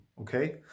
okay